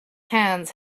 hands